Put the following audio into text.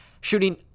shooting